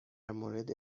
مورد